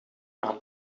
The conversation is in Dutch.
aan